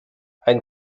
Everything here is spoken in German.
ein